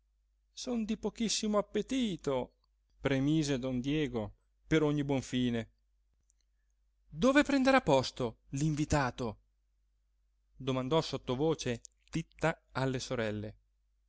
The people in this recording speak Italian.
son di pochissimo appetito premise don diego per ogni buon fine dove prenderà posto l'invitato domandò sottovoce titta alle sorelle